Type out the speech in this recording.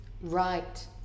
Right